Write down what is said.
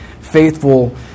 faithful